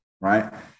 right